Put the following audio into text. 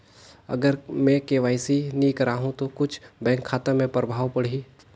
अगर मे के.वाई.सी नी कराहू तो कुछ बैंक खाता मे प्रभाव पढ़ी?